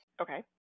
Okay